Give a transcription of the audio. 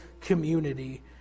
Community